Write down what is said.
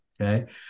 okay